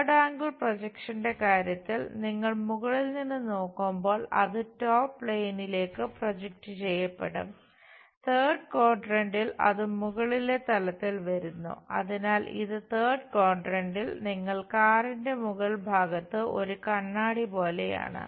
third angle പ്രൊജക്ഷന്റെ മുകൾ ഭാഗത്ത് ഒരു കണ്ണാടി പോലെയാണ്